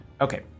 Okay